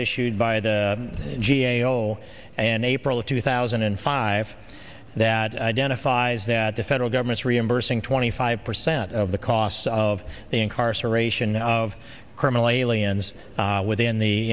issued by the g a o and april of two thousand and five that identifies that the federal government's reimbursing twenty five percent of the costs of the incarceration of criminal aliens within the